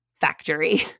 factory